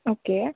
okay